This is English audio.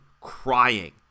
crying